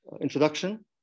introduction